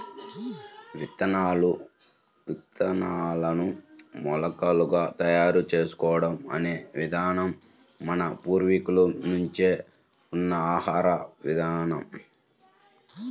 విత్తనాలను మొలకలుగా తయారు చేసుకోవడం అనే విధానం మన పూర్వీకుల నుంచే ఉన్న ఆహార విధానం